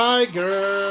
Tiger